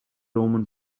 roman